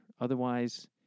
otherwise